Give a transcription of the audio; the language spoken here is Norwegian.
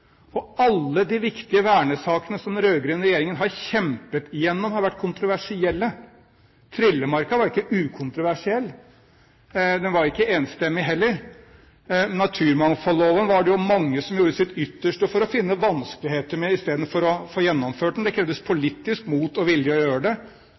og Høyre var imot. Alle de viktige vernesakene som den rød-grønne regjeringen har kjempet igjennom, har vært kontroversielle. Trillemarka var ikke ukontroversiell, den var heller ikke enstemmig. Naturmangfoldloven var det mange som gjorde sitt ytterste for å finne vanskeligheter med, istedenfor å få gjennomført den. Det krevdes politisk mot og vilje til å gjøre det.